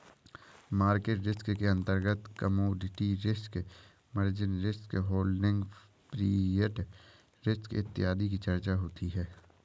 market risk के अंतर्गत commodity risk, margin risk, holding period risk इत्यादि की चर्चा होती है